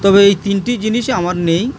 তবে এই তিনটি জিনিসই আমার নেই